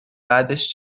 بعدش